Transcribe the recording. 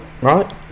right